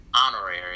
honorary